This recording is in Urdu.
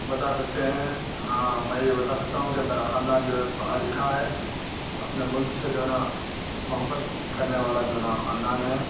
بتا سکتے ہیں ہاں میں یہ بتا سکتا ہوں کہ میرا خاندان جو ہے پڑھا لکھا ہے اپنے ملک سے جو ہے نا محبت کرنے والا جو ہے نا خاندان ہے